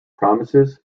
promises